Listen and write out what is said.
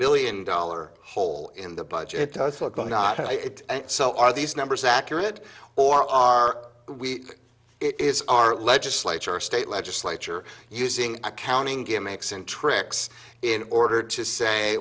billion dollar hole in the budget for going not so are these numbers accurate or are we it is our legislature state legislature using accounting gimmicks and tricks in order to say